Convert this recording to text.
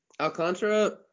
Alcantara